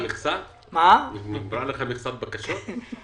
נגמרה לך מכסת הבקשות?